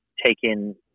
taken